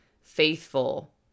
faithful